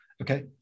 Okay